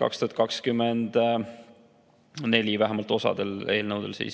2024, vähemalt mõne eelnõu puhul.